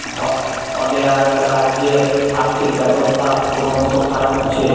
অ্দেআক রাজ্যের আর্থিক ব্যবস্থা ক্রমস খারাপ হচ্ছে